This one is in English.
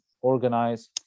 organize